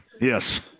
Yes